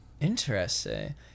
Interesting